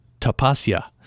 tapasya